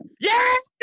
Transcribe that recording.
Yes